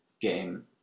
game